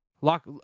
lock